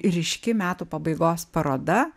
ryški metų pabaigos paroda